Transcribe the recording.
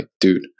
dude